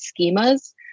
schemas